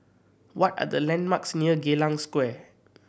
what are the landmarks near Geylang Square